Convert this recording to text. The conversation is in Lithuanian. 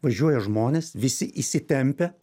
važiuoja žmonės visi įsitempę